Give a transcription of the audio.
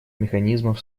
механизмов